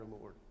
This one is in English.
Lord